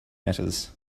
matters